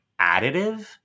additive